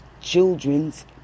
children's